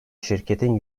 şirketin